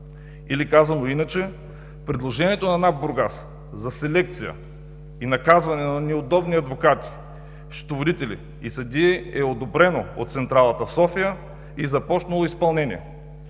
или, казано иначе, предложението на НАП Бургас за селекция и наказване на неудобни адвокати, счетоводители и съдии е одобрено от Централата в София и е започнало изпълнението.